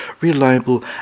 reliable